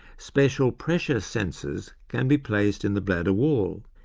special pressure sensors can be placed in the bladder wall,